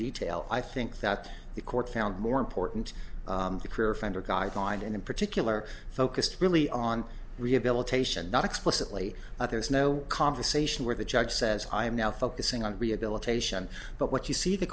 detail i think that the court found more important career offender guidelines and in particular focused really on rehabilitation not explicitly that there is no conversation where the judge says i am now focusing on rehabilitation but what you see the